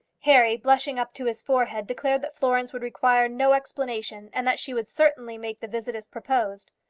harry, blushing up to his forehead, declared that florence would require no explanation, and that she would certainly make the visit as proposed.